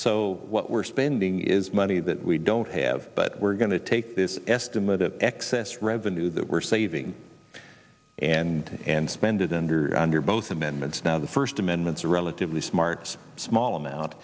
so what we're spending is money that we don't have but we're going to take this estimate the excess revenue that we're saving and and spend it under under both amendments now the first amendments a relatively smart small amount